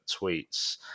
tweets